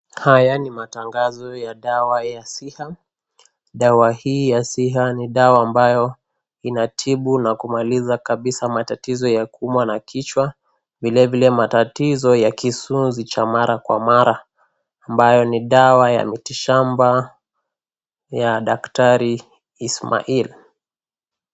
Haya ni matangazo ya dawa ya SIHA, dawa hii ya SIHA ni dawa ambayo inatibu na kumaliza kabisa matatizo ya kuumwa na kichwa vile vile kisunzi cha mara kwa mara ambayo ni dawa ya miti shamba ya daktari Ismael.